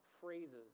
phrases